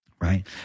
right